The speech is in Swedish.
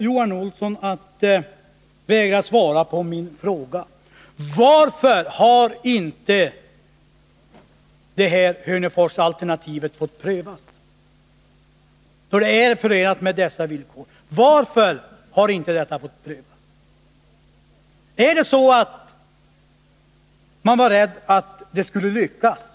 Johan Olsson vägrar fortfarande att svara på min fråga: Varför har inte det här Hörneforsalternativet, som är förenat med dessa villkor, fått prövas? Är det därför att man har varit rädd för att det skulle lyckas?